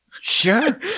sure